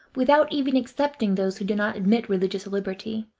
without even excepting those who do not admit religious liberty,